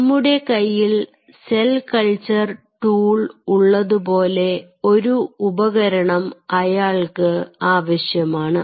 നമ്മുടെ കയ്യിൽ cell culture tool ഉള്ളതുപോലെ ഒരു ഉപകരണം അയാൾക്ക് ആവശ്യമാണ്